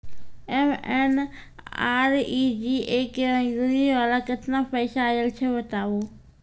MNREGA के मज़दूरी वाला केतना पैसा आयल छै बताबू?